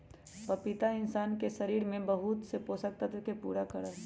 पपीता इंशान के शरीर ला बहुत से पोषक तत्व के पूरा करा हई